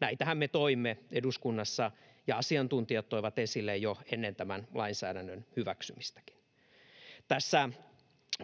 Näitähän me toimme eduskunnassa ja asiantuntijat toivat esille jo ennen tämän lainsäädännön hyväksymistäkin. Tässä